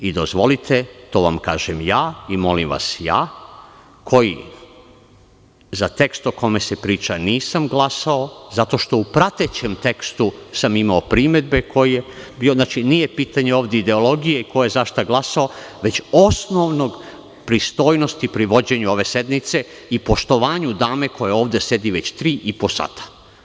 Dozvolite, to vam kažem ja i molim vas ja, koji za tekst o kome se priča nisam glasao zato što sam u pratećem tekstu imao primedbe ko je bio, znači, nije pitanje ovde ideologije ko je za šta glasao, već osnovne pristojnosti pri vođenju ove sednice i poštovanju dame koja ovde sedi već tri i po sata.